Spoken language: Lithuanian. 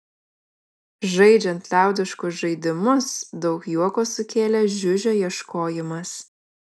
žaidžiant liaudiškus žaidimus daug juoko sukėlė žiužio ieškojimas